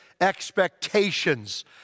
expectations